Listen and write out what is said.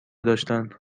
داشتند